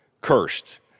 cursed